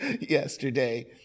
yesterday